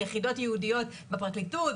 יחידות ייעודיות בפרקליטות,